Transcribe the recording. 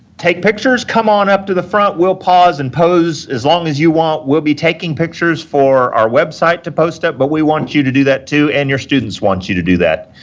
take pictures. come on up to the front. we'll pause and pose as long as you want. we'll be taking pictures for our website to post it, but we want you to do that too, and your students want you to do that,